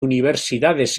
universidades